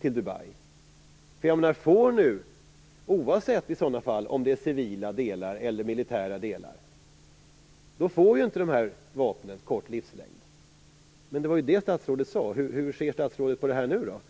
till Dubai? Annars får ju inte de här vapnen kort livslängd, som statsrådet sade att de skulle ha.